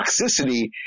toxicity